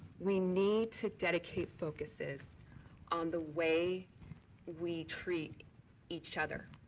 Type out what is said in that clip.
we need to dedicate focuses on the way we treat each other.